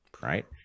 right